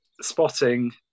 spotting